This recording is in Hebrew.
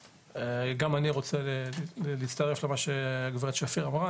גם אני רוצה להצטרף למה שגב' שפיר אמרה,